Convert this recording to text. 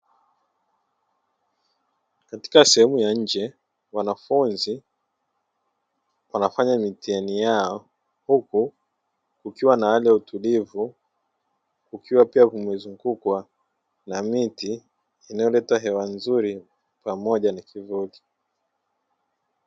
Katika sehemu ya nje wanafunzi wanafanya mitihani yao huku kukiwa na hali ya utulivu, kukiwa pia pamezungukwa na miti inayoleta hewa nzuri na kivuli.